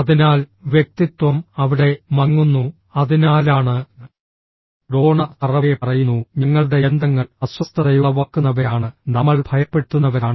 അതിനാൽ വ്യക്തിത്വം അവിടെ മങ്ങുന്നു അതിനാലാണ് ഡോണ ഹറവേ പറയുന്നു ഞങ്ങളുടെ യന്ത്രങ്ങൾ അസ്വസ്ഥതയുളവാക്കുന്നവയാണ് നമ്മൾ ഭയപ്പെടുത്തുന്നവരാണ്